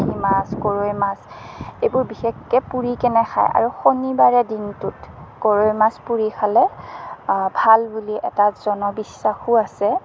পুঠি মাছ গৰৈ মাছ এইবোৰ বিশেষকৈ পুৰি কেনে খাই আৰু শনিবাৰে দিনটোত গৰৈ মাছ পুৰি খালে ভাল বুলি এটা জনবিশ্বাসো আছে